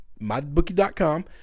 Mybookie.com